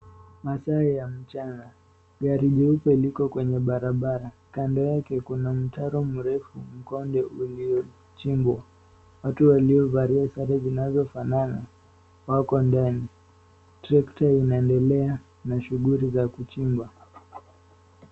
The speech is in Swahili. Masaa ni ya mchana, gari nyeupe liko kwenye barabara. Kando yake kuna mtaro mrefu uliojengwa. Watu wawili waliovaa sare zinazofanana wako shambani. Trakta inaendwlea na shughuli za kuchimba.